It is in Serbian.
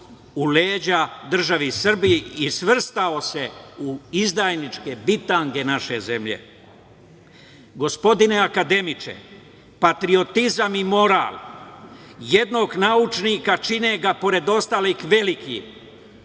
u leđa državi Srbije i svrstao se u izdajničke bitange naše zemlje. Gospodine akademiče, patriotizam i moral jednog naučnika čine ga, pored ostalog, velikim,